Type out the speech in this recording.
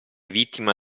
vittima